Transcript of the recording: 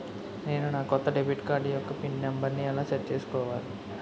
నేను నా కొత్త డెబిట్ కార్డ్ యెక్క పిన్ నెంబర్ని ఎలా సెట్ చేసుకోవాలి?